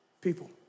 people